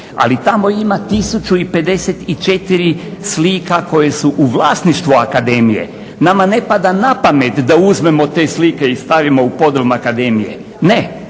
Ali tamo ima 1054 slika koje su u vlasništvu akademije. Nama ne pada na pamet da uzmemo te slike i stavimo u podrum akademije, ne,